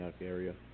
area